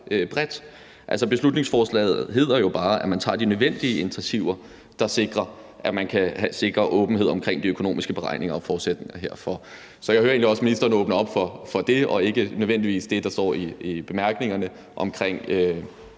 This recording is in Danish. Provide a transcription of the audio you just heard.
bredt. Beslutningsforslaget hedder jo bare, at man tager de nødvendige initiativer, der gør, at man kan sikre åbenhed omkring de økonomiske beregninger og forudsætningerne herfor. Så jeg hører egentlig også ministeren åbne op for det og beslutningsforslaget og ikke nødvendigvis det, der står i bemærkningerne om